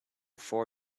four